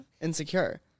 insecure